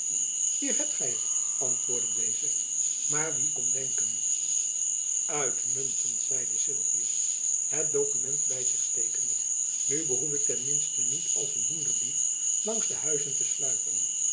hier hebt gy het antwoordde deze maar wie kon denken uitmuntend zeide sylvius het dokument by zich stekende nu behoef ik ten minsten niet als een hoenderdief langs de huizen te sluipen